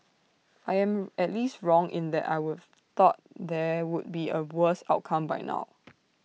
I am at least wrong in that I would've thought there would be A worse outcome by now